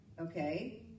Okay